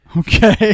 okay